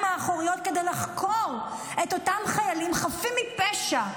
האחוריות כדי לחקור את אותם חיילים חפים מפשע,